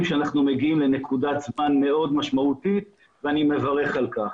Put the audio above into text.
שאנחנו מגיעים לנקודת זמן מאוד משמעותית ואני מברך על כך.